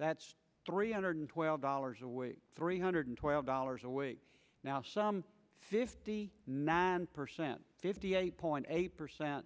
that's three hundred twelve dollars a week three hundred twelve dollars a week now some fifty nine percent fifty eight point eight percent